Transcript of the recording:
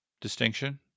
distinction